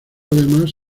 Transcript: además